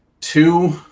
two